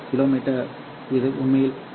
me இது உண்மையில் 2